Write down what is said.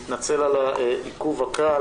בוקר טוב לכולם, אני מתנצל על העיכוב הקל,